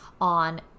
on